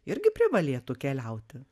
irgi privalėtų keliauti